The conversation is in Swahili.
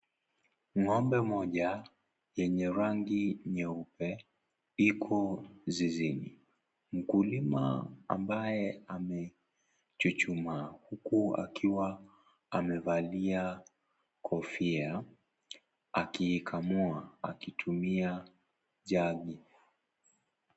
Ngombe mmoja yenye rangi nyeupe iko zizini , mkulima ambaye amechuchumaa huku akiwa amevalia kofia akiikamua akitumia jagi.